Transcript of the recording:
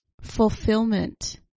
Fulfillment